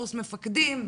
בקורס מפקדים,